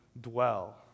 dwell